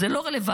זה לא רלוונטי.